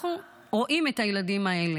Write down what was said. אנחנו רואים את הילדים האלה.